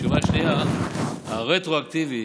תשובה שנייה: את הרטרואקטיבי,